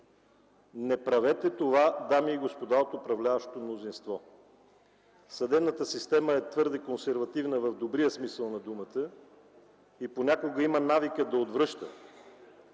Не правете това, дами и господа от управляващото мнозинство! Съдебната система е твърде консервативна в добрия смисъл на думата и понякога има навика да отвръща.